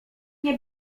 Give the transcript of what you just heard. nie